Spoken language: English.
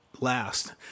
last